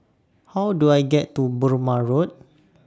How Do I get to Burmah Road